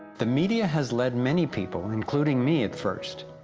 the media has led many people, including me at first,